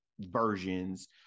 versions